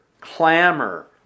clamor